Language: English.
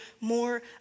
more